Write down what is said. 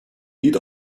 glied